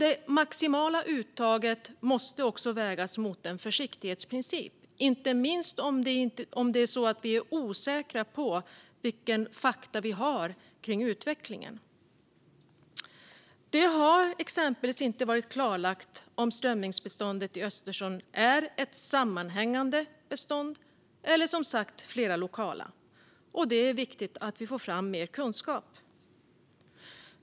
Det maximala uttaget måste också vägas mot en försiktighetsprincip, inte minst om vi är osäkra på fakta kring utvecklingen. Det har exempelvis inte varit klarlagt om strömmingsbeståndet i Östersjön är ett sammanhängande bestånd eller flera lokala. Det är viktigt att vi får fram mer kunskap.